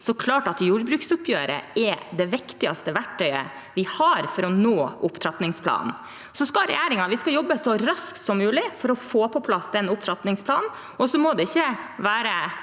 ligger, så jordbruksoppgjøret er det viktigste verktøyet vi har for å nå opptrappingsplanen. Regjeringen skal jobbe så raskt som mulig for å få på plass den opptrappingsplanen. Og så må det ikke være